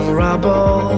rubble